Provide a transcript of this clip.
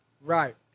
right